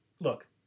look